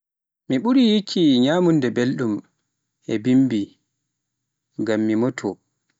Mi ɓuri yikki nyamunda belɗum e bimbi ngam mi moto.